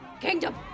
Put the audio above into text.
Kingdom